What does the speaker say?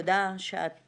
תודה שאת